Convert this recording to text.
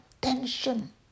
tension